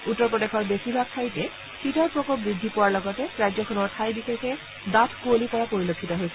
উত্তৰ প্ৰদেশৰ বেছিভাগ ঠাইতে শীতৰ প্ৰকোপ বৃদ্ধি পোৱাৰ লগতে ৰাজ্যখনৰ ঠাই বিশেষে ডাঠ কুঁৱলী পৰা পৰিলক্ষিত হৈছে